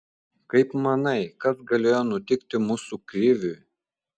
kaip manai kas galėjo nutikti mūsų kriviui